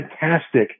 fantastic